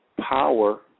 power